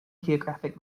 geographic